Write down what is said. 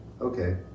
okay